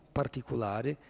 particolare